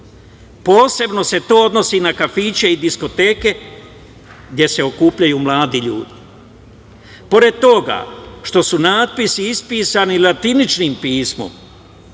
posebno se to odnosi na kafiće i diskoteke gde se okupljaju mladi ljudi. Pored toga što su natpisi ispisani latiničnim pismom,